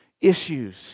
issues